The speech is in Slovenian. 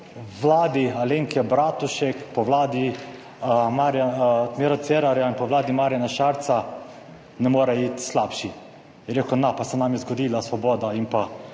vladi Alenke Bratušek, po vladi Mira Cerarja in po vladi Marjana Šarca lahko gre slabše.« Je rekel: »No, pa se nam je zgodila Svoboda in